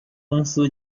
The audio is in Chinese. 公司